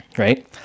right